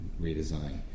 redesign